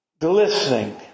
glistening